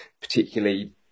particularly